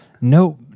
no